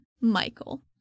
Michael